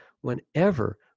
Whenever